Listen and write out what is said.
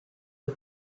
les